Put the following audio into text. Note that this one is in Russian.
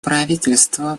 правительство